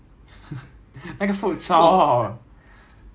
有什么 Hok~ Hokkien mee